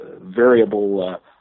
variable